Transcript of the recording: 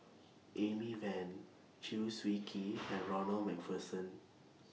Amy Van Chew Swee Kee and Ronald MacPherson